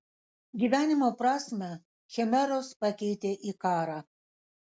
gyvenimo prasmę chimeros pakeitė į karą